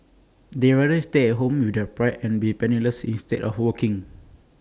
they rather stay at home with their pride and be penniless instead of working